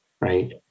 right